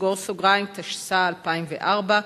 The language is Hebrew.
התשס"ה 2004,